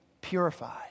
purified